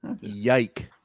Yike